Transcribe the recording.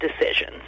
decisions